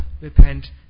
repent